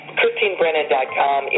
ChristineBrennan.com